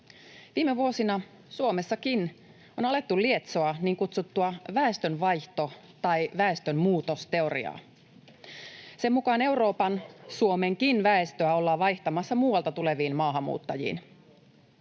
Viime vuosina Suomessakin on alettu lietsoa niin kutsuttua väestönvaihto- tai väestönmuutosteoriaa. [Perussuomalaisten ryhmästä: Näkyy tilastoissa!] Sen mukaan Euroopan, Suomenkin, väestöä ollaan vaihtamassa muualta tuleviin maahanmuuttajiin.